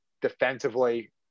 defensively